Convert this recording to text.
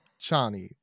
Chani